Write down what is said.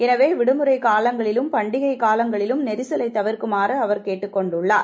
எனவே விடுமுறை காவங்களிலும் பண்டிகை காவங்களிலும் நெரிசலைத் தவிர்க்குமாறு அவர் கேட்டுக் கொண்டுள்ளார்